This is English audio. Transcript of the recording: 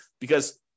Because-